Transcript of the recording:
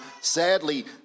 sadly